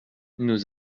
nos